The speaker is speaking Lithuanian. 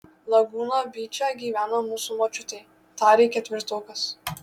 lagūna byče gyvena mūsų močiutė tarė ketvirtokas